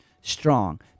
strong